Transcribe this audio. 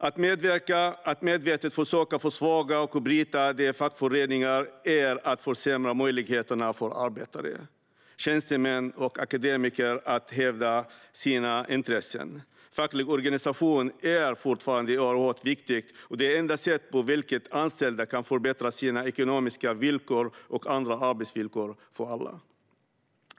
Att medvetet försöka försvaga och bryta ned fackföreningar är att försämra möjligheterna för arbetare, tjänstemän och akademiker att hävda sina intressen. Facklig organisation är fortfarande oerhört viktig och det enda sätt på vilket anställda kan förbättra sina ekonomiska villkor och andra arbetsvillkor för alla.